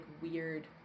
weird